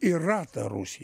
yra ta rusija